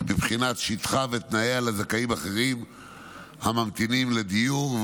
מבחינת שטחה ותנאיה לזכאים אחרים הממתינים לדיור.